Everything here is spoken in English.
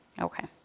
Okay